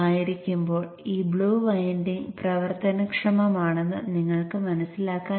ഇപ്പോൾ നമുക്ക് Q1 ഓണാണെന്ന് പറയാം